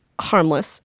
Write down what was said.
harmless